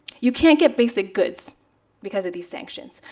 you can't get basic goods because of these sanctions.